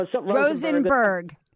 rosenberg